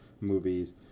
movies